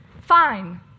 Fine